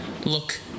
look